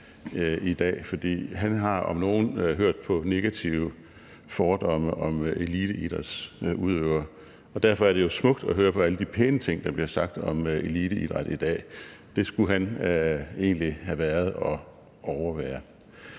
i dag, for han har om nogen hørt på negative fordomme om eliteidrætsudøvere, og derfor er det jo smukt at høre på alle de pæne ting, der bliver sagt om eliteidræt i dag. Det skulle han egentlig have været og overvære.